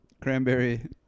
Cranberry